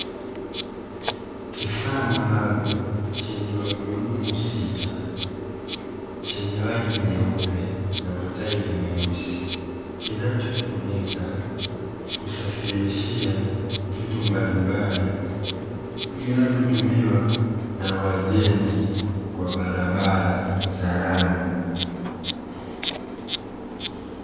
Kifaa maalumu chenye magurudumu sita, chenye rangi nyeupe na matairi meusi. Kinachotumika kusafirishia vitu mbalimbali, vinavyotumiwa na wajenzi wa barabara za lami.